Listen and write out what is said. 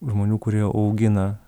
žmonių kurie augina